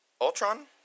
Ultron